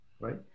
Right